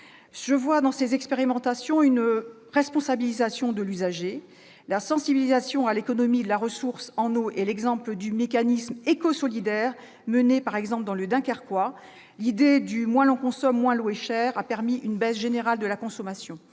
Je vois dans ces expérimentations une responsabilisation de l'usager. La sensibilisation à l'économie de la ressource en eau est symbolisée par l'exemple du mécanisme « éco-solidaire » mis en place dans le Dunkerquois. L'idée selon laquelle « moins l'on consomme, moins l'eau est chère » a permis une baisse générale de la consommation.